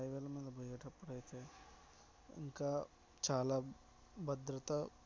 హైవేల మీద పోయేటప్పుడు అయితే ఇంకా చాలా భద్రత